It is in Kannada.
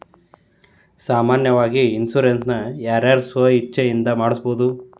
ಸಾಮಾನ್ಯಾವಾಗಿ ಇನ್ಸುರೆನ್ಸ್ ನ ಯಾರ್ ಯಾರ್ ಸ್ವ ಇಛ್ಛೆಇಂದಾ ಮಾಡ್ಸಬೊದು?